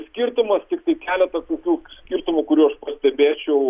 skirtumas tiktai keletą tokių skirtumų kurių aš pastebėčiau